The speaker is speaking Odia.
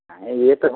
ଆଉ ଇଏ ତ